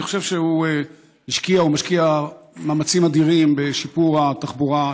אני חושב שהוא השקיע ומשקיע מאמצים אדירים בשיפור התחבורה.